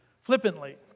flippantly